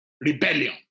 rebellion